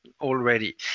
already